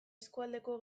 eskualdeko